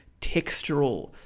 textural